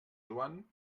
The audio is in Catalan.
joan